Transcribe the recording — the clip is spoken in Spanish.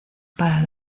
para